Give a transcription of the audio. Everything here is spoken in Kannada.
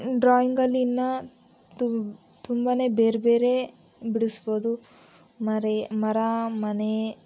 ಡ್ರಾಯಿಂಗಲ್ಲಿನ ತುಂಬ ಬೇರೆ ಬೇರೆ ಬಿಡಿಸ್ಬೋದು ಮರೆ ಮರ ಮನೆ